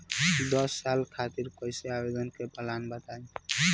दस साल खातिर कोई निवेश के प्लान बताई?